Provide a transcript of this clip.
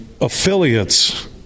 affiliates